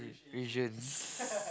visions